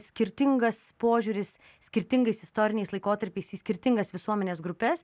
skirtingas požiūris skirtingais istoriniais laikotarpiais į skirtingas visuomenės grupes